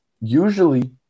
usually